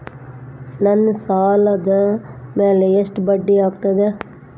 ನನ್ನ ಸಾಲದ್ ಮ್ಯಾಲೆ ಎಷ್ಟ ಬಡ್ಡಿ ಆಗ್ತದ?